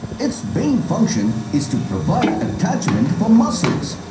its main function is to provide attachment for muscles.